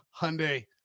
Hyundai